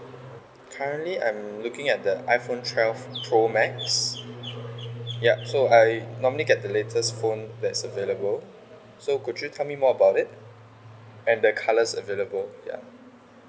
currently I'm looking at the iphone twelve pro max ya so I normally get the latest phone that's available so could you tell me more about it and the colours available ya